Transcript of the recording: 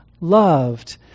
loved